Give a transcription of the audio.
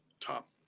top